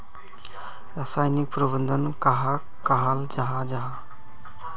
रासायनिक प्रबंधन कहाक कहाल जाहा जाहा?